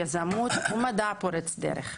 יזמות ומדע פורץ דרך.